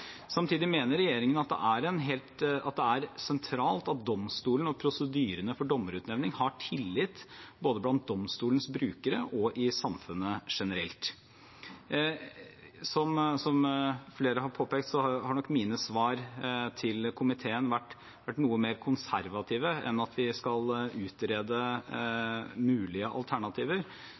Samtidig mener regjeringen at det er sentralt at domstolen og prosedyrene for dommerutnevning har tillit både blant domstolens brukere og i samfunnet generelt. Som flere har påpekt, har nok mine svar til komiteen vært noe mer konservative enn at vi skal utrede mulige alternativer.